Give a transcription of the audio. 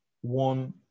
one